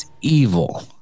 evil